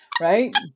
Right